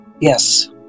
Yes